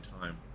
time